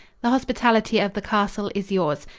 the hospitality of the castle is yours.